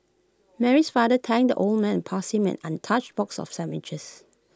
Mary's father thanked the old man and passed him an untouched box of sandwiches